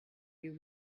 you